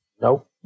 Nope